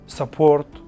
support